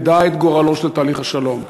נדע את גורלו של תהליך השלום.